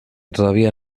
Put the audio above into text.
todavía